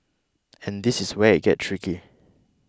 and this is where it gets tricky